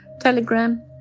Telegram